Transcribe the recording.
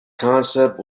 concept